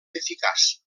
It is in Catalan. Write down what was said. eficaç